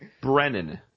Brennan